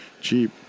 cheap